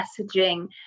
messaging